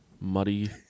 muddy